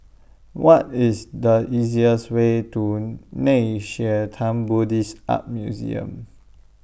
What IS The easiest Way to Nei Xue Tang Buddhist Art Museum